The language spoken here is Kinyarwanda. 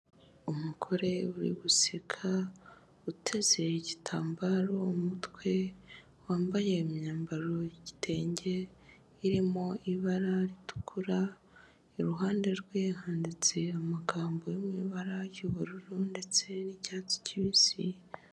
Umugore uri guseka uteze igitambaro mu mutwe, wambaye imyambaro y'igitenge irimo ibara ritukura, iruhande rwe handitse amagambo yo mu ibara ry'ubururu ndetse n'icyatsi kibisi.